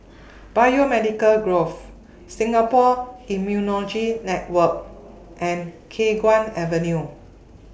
Biomedical Grove Singapore Immunology Network and Khiang Guan Avenue